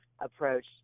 approach